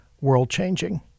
world-changing